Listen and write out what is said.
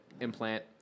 implant